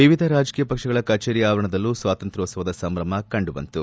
ವಿವಿಧ ರಾಜಕೀಯ ಪಕ್ಷಗಳ ಕಚೇರಿ ಆವರಣದಲ್ಲೂ ಸ್ವಾತಂತ್ರ್ಯೋತ್ಸವದ ಸಂಭ್ರಮ ಕಂಡು ಬಂತು